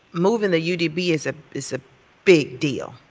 moving the u d b. is ah is a big deal.